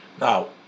now